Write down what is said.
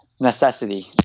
Necessity